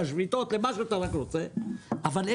לשביתות למה שאתה רק רוצה אבל אין